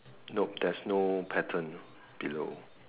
nope there's no pattern below